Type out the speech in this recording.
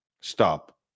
Stop